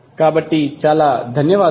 కాబట్టి చాలా ధన్యవాదాలు